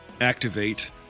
activate